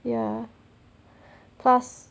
ya plus